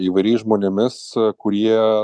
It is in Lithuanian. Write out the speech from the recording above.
įvairiais žmonėmis kurie